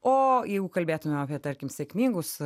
o jeigu kalbėtume apie tarkim sėkmingus